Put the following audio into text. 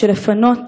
לפנות